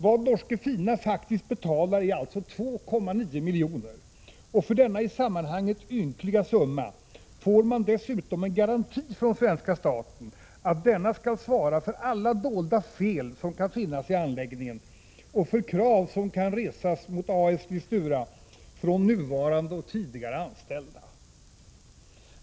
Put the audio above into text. Vad Norske Fina A S Listura från ”nuvarande och tidigare anställda”.